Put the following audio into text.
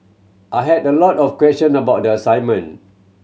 I had a lot of question about the assignment